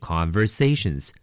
Conversations